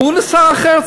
והוא נסע אחר-הצהריים.